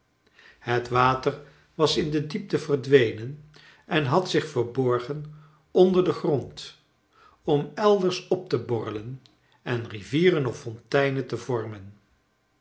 het water was in de diepte verdwenen en had zich verborgen onder den grond om elders op te borrelen en rivieren of fonteinen te vormen